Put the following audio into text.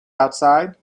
outside